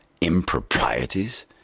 improprieties